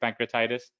pancreatitis